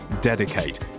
dedicate